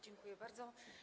Dziękuję bardzo.